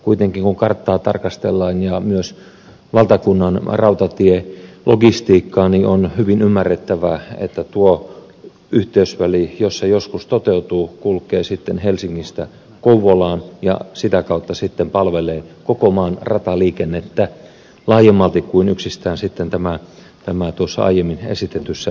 kuitenkin kun karttaa tarkastellaan ja myös valtakunnan rautatielogistiikkaa on hyvin ymmärrettävää että tuo yhteysväli jos se joskus toteutuu kulkee helsingistä kouvolaan ja sitä kautta sitten palvelee koko maan rataliikennettä laajemmalti kuin yksistään tässä aiemmin esitetyssä mallissa